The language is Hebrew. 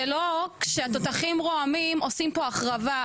זה לא כשהתותחים רועמים עושים פה החרבה.